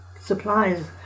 supplies